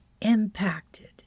impacted